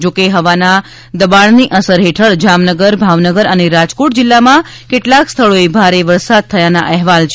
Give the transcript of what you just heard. જો કે હવાના દબાણની અસર હેઠળ જામનગર ભાવનગર અને રાજકોટ જિલ્લામાં કેટલાક સ્થળોએ ભારે વરસાદ થયાના અહેવાલ છે